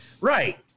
Right